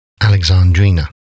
Alexandrina